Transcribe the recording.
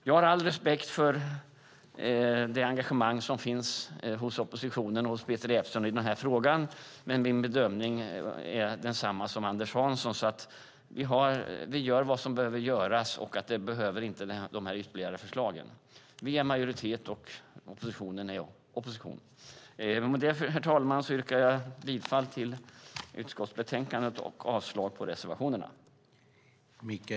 Jag har all respekt för det engagemang som finns hos oppositionen och Peter Jeppsson i denna fråga, men min bedömning är densamma som Anders Hanssons: Vi gör vad som behöver göras, och de ytterligare förslagen behövs inte. Vi har majoritet, och oppositionen är opposition. Med detta, herr talman, yrkar jag bifall till utskottets förslag i betänkandet och avslag på reservationerna.